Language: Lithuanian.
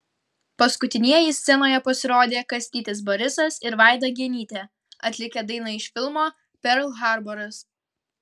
paskutinieji scenoje pasirodė kastytis barisas ir vaida genytė atlikę dainą iš filmo perl harboras